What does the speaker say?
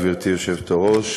גברתי היושבת-ראש,